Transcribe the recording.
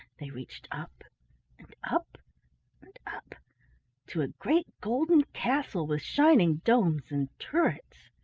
they reached up and up and up to a great golden castle with shining domes and turrets.